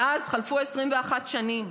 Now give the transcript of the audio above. מאז חלפו 21 שנים.